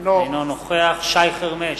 אינו נוכח שי חרמש,